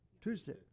Tuesday